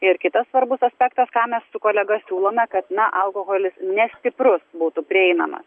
ir kitas svarbus aspektas ką mes su kolega siūlome kad na alkoholis nestiprus būtų prieinamas